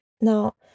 Now